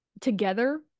together